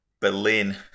Berlin